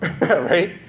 right